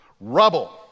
rubble